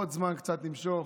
נמשוך